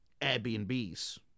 airbnbs